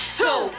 two